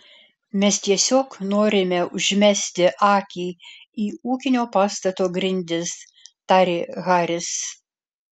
mes tiesiog norime užmesti akį į ūkinio pastato grindis tarė haris